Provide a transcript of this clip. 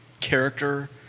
character